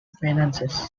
finances